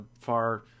far